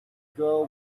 girl